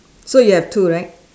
so you have two right